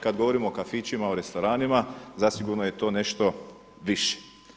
Kada govorimo o kafićima, o restoranima zasigurno je to nešto više.